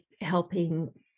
helping